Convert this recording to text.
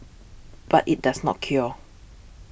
but it does not cure